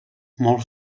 molts